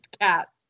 cats